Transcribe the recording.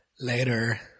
Later